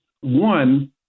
One